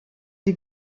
die